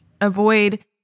avoid